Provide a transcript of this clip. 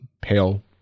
pale